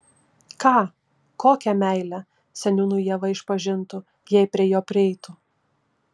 ką kokią meilę seniūnui ieva išpažintų jei prie jo prieitų